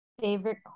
Favorite